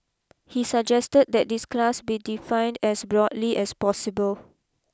he suggested that this class be defined as broadly as possible